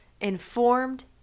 informed